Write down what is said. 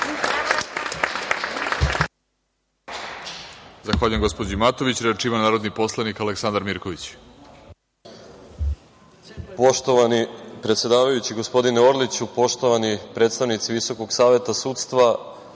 Zahvaljujem gospođi Matović. Reč ima narodni poslanik Aleksandar Mirković.